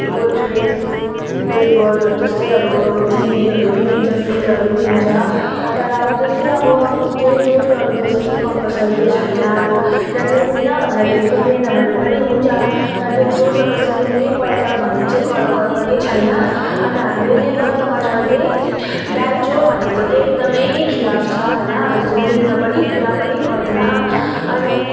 गोद्रेज टेबलहरू त्यस्तै अब टिभिहरू दिन्छ फ्रिजहरू दिन्छ तर अब जस्तै अब केही जोर जबरजस्ती कम्पलसरी चाहिँ छैन अब ल्याउँदिनँ भन्दाखेरि लिएन भने पनि हुन्छ तर त्यो जोर जबरजस्ती ल्याउनै पर्छ भन्ने चाहिँ कराकर पनि छैन अन्त हाम्रो यो नेपाली समाजमा त दाइजो भनेको त एकदम खिलाफ छ होइन अब यस्तो लिँदैन पनि कुरा पनि गर्दैन अनि